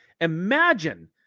Imagine